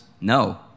No